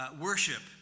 worship